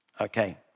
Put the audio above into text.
Okay